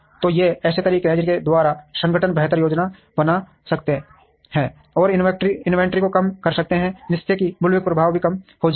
तो ये ऐसे तरीके हैं जिनके द्वारा संगठन बेहतर योजना बना सकते हैं और इन्वेंट्री को कम कर सकते हैं जिससे कि बुल्विप प्रभाव भी कम हो जाएगा